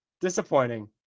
Disappointing